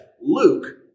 Luke